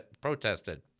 protested